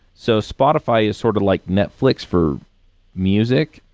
so, spotify is sort of like netflix for music,